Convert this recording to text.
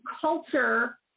culture